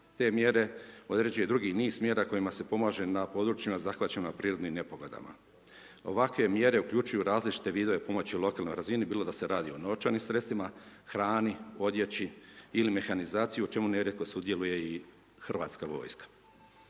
te mjere određuje drugi niz mjera, kojima se pomaže na područjima zahvaćena prirodnim nepogodama. Ovakve mjere uključuje različite vidove pomoći na lokalnoj razini, bilo da se radi o novčanim sredstvima, hrani, odjeći ili mehanizaciji, o čemu nerijetko sudjeluje i hrvatska vojska.